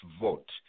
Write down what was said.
vote